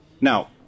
Now